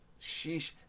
Sheesh